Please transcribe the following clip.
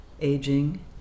aging